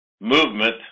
movement